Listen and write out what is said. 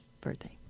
birthday